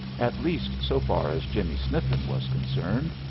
at least so far as jimmie sniffen was concerned,